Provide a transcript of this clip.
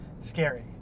scary